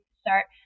start